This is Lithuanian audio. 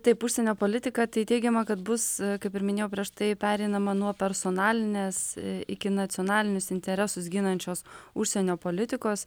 taip užsienio politika tai teigiama kad bus kaip ir minėjau prieš tai pereinama nuo personalinės iki nacionalinius interesus ginančios užsienio politikos